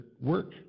work